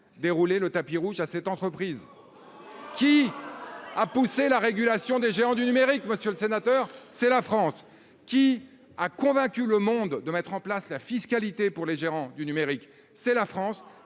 déroulé le tapis rouge à cette entreprise. Qui a poussé la régulation des géants du numérique, monsieur le sénateur ? C'est la France ! Qui a convaincu le monde de mettre en place une fiscalité pour les géants du numérique, sous l'impulsion